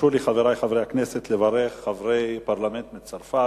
חברי הכנסת, תרשו לי לברך חברי פרלמנט מצרפת,